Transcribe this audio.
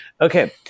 Okay